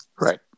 Right